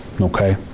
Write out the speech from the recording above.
okay